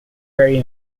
very